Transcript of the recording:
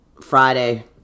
Friday